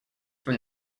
from